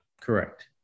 Correct